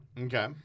Okay